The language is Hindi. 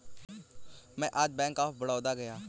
मैं आज बैंक ऑफ बड़ौदा गया था